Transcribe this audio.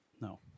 No